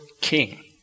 King